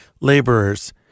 laborers